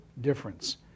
difference